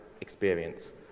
experience